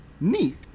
neat